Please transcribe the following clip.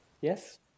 Yes